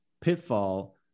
pitfall